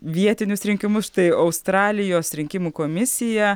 vietinius rinkimus štai australijos rinkimų komisija